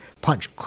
punch